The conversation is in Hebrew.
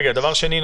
דבר שני,